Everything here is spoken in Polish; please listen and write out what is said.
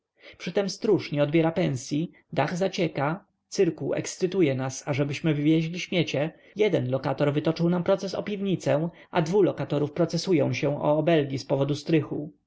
przytem stróż nie odbiera pensyi dach zacieka cyrkuł ekscytuje nas ażebyśmy wywieźli śmiecie jeden lokator wytoczył nam proces o piwnicę a dwu lokatorów procesują się o obelgi z powodu strychu